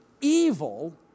evil